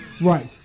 Right